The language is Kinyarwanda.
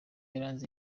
yaranze